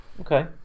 Okay